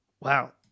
Wow